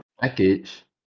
package